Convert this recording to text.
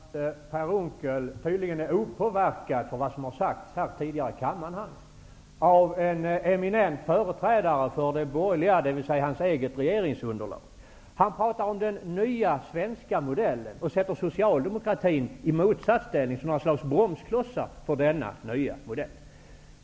Herr talman! Jag noterar att Per Unckel tydligen är opåverkad av vad som tidigare har sagts här i kammaren. En eminent företrädare för de borgerliga, dvs. Per Unckels eget regeringsunderlag, talade om den nya svenska modellen och satte socialdemokratin i motsats till denna nya modell, som ett slags bromsklossar.